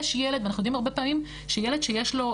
אנחנו יודעים הרבה פעמים שילד שיש לו,